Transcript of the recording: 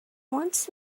wants